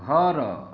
ଘର